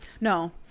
no